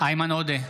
איימן עודה,